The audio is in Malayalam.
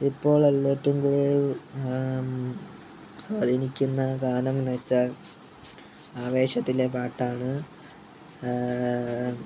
ഇപ്പോൾ അതിൽ ഏറ്റവും കൂടുതൽ സ്വാധീനിക്കുന്ന ഗാനമെന്നു വച്ചാൽ ആവേശത്തിലെ പാട്ടാണ്